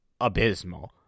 abysmal